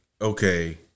okay